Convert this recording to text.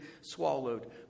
swallowed